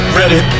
ready